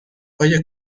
آیا